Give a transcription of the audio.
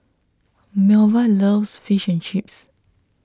Melva loves Fish and Chips